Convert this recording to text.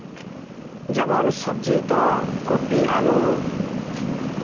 ᱡᱮᱢᱚᱱ ᱥᱚᱵᱽᱡᱤ ᱨᱮᱫᱚ ᱠᱚᱯᱤ ᱟᱞᱩ